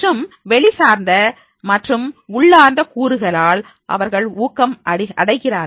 மற்றும் வெளி சார்ந்த மற்றும் உள்ளார்ந்த கூறுகளால் அவர்கள் ஊக்கம் அடைகிறார்கள்